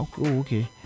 okay